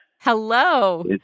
Hello